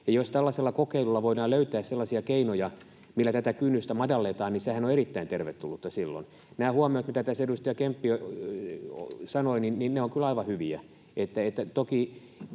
Jos tällaisella kokeilulla voidaan löytää sellaisia keinoja, millä tätä kynnystä madalletaan, niin sehän on erittäin tervetullutta silloin. Nämä huomiot, mitä tässä edustaja Kemppi sanoi, ovat kyllä aivan hyviä. Toki